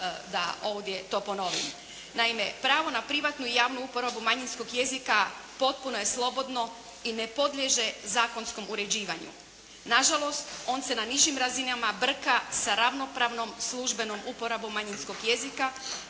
Naime, pravo na privatnu i javnu uporabu manjinskog jezika potpuno je slobodno i ne podliježe zakonskom uređivanu. Na žalost, on se na nižim razinama brka sa ravnopravnom službenom uporabom manjinskog jezika